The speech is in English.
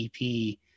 ep